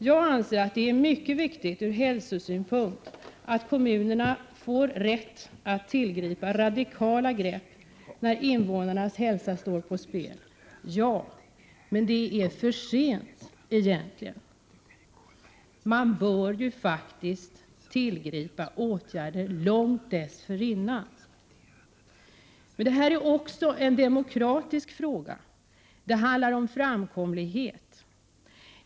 Jag anser att det är mycket viktigt ur hälsosynpunkt att kommunerna får rätt att tillgripa radikala medel när invånarnas hälsa står på spel. Men det är egentligen för sent då. Man bör faktiskt långt dessförinnan tillgripa åtgärder. Detta är också en fråga om demokrati. Det handlar om framkomlighet.